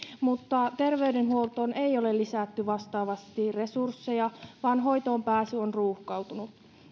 mutta terveydenhuoltoon ei ole lisätty vastaavasti resursseja vaan hoitoonpääsy on ruuhkautunut